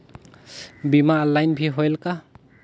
बीमा ऑनलाइन भी होयल का?